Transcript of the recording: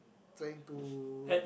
trying to